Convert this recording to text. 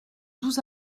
doux